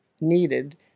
needed